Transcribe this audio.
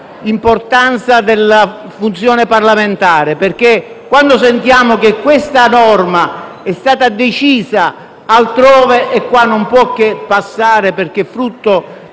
l'importanza della funzione parlamentare, perché quando sentiamo dire che questa norma è stata decisa altrove e qua non può che passare, perché frutto